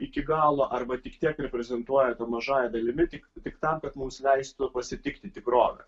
iki galo arba tik tiek reprezentuojate mažąja dalimi tik tik tam kad mums leistų pasitikti tikrovę